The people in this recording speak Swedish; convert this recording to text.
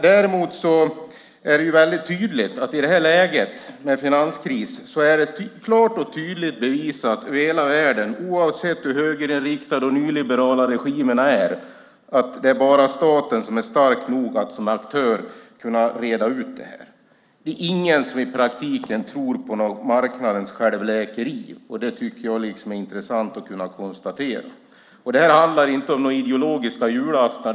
Däremot är det väldigt tydligt att i detta läge med finanskris är det klart och tydligt bevisat över hela världen, oavsett hur högerinriktade och nyliberala regimerna är, att det bara är staten som är stark nog att som aktör kunna reda ut detta. Det är ingen som i praktiken tror på marknadens självläkeri. Det tycker jag är intressant att kunna konstatera. Detta handlar inte om några ideologiska julaftnar.